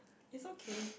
is okay